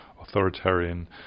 authoritarian